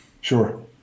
Sure